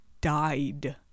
died